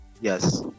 yes